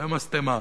ומשטמה,